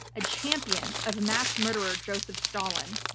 a champion of mass murderer joseph stalin,